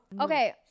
Okay